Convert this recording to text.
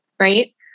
right